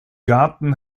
garten